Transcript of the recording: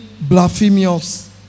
blasphemous